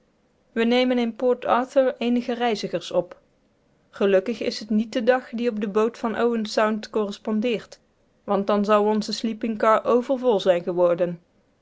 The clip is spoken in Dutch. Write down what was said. we nemen in port arthur eenige reizigers op gelukkig is het niet de dag die op de boot van owen sound correspondeert want dan zou onze sleeping car overvol zijn geworden